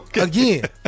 again